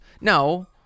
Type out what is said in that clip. no